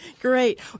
great